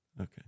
Okay